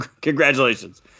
Congratulations